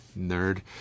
nerd